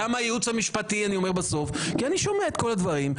למה הייעוץ המשפטי בסוף כי אני שומע את כל הדברים.